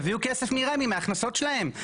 תביאו כסף מרמ"י, מההכנסות שלהם.